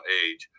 age